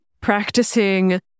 practicing